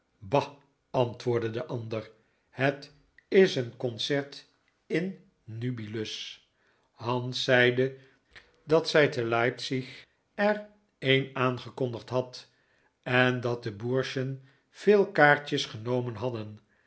bah antwoordde de ander het is een concert in nubilus hans zeide dat zij te leipzig er een aangekondigd had en dat de burschen vele kaartjes genomen hadden